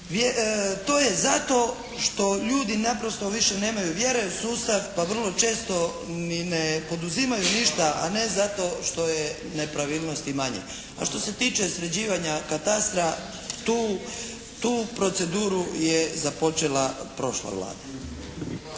to je zato što ljudi naprosto više nemaju vjere u sustav pa vrlo često ni ne poduzimaju ništa a ne zato što je nepravilnosti manje. A što se tiče sređivanja katastra tu, tu proceduru je započela prošla Vlada.